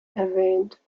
erwähnt